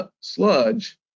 sludge